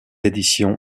édition